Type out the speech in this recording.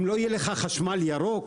אם לא יהיה לך חשמל ירוק,